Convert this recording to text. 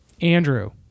Andrew